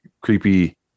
creepy